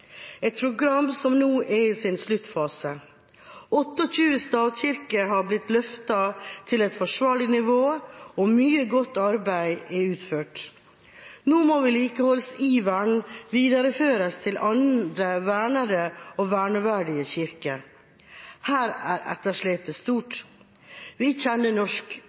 et program som nå er i sin sluttfase. 28 stavkirker har blitt løftet til et forsvarlig nivå, og mye godt arbeid er utført. Nå må vedlikeholdsiveren videreføres til andre vernede og verneverdige kirker. Her er etterslepet stort. Vi kjenner norsk